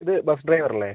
ഇത് bus driver അല്ലേ